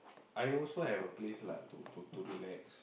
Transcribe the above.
I also have a place lah to to to relax